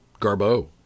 Garbo